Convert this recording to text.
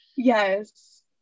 Yes